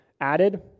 added